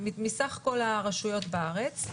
מסך כל הרשויות בארץ,